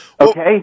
Okay